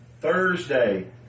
thursday